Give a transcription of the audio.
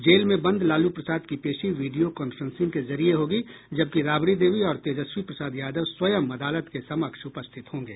jail में बंद लालू प्रसाद की पेशी वीडियो कांफ्रेंसिंग के जरिये होगी जबकि राबड़ी देवी और तेजस्वी प्रसाद यादव स्वयं अदालत के समक्ष उपस्थित होंगे